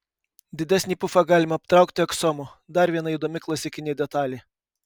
didesnį pufą galima aptraukti aksomu dar viena įdomi klasikinė detalė